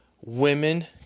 women